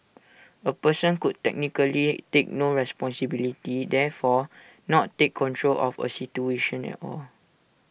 A person could technically take no responsibility therefore not take control of A situation at all